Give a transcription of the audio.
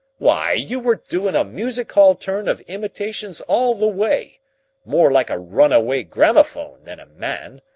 why, you were doin' a music-hall turn of imitations all the way more like a runaway gramophone than a man.